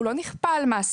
הוא לא נכפה על מעסיקים.